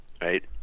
right